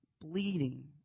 bleeding